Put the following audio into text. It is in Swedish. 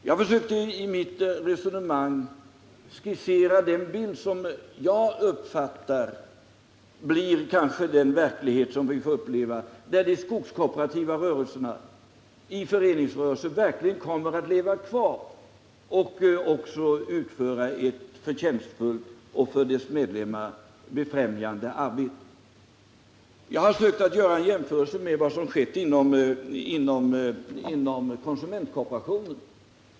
Jag försökte i mitt anförande skissera en bild av det som jag tror blir den verklighet vi får uppleva, nämligen att den skogskooperativa rörelsen kommer att finnas kvar och utföra ett förtjänstfullt och för dess medlemmar gagneligt arbete. Jag har försökt göra en jämförelse med vad som skett inom konsumentkooperationen.